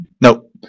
Nope